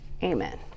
Amen